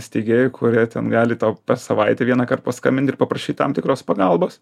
steigėjų kurie ten gali tau per savaitę vienąkart paskambint ir paprašyt tam tikros pagalbos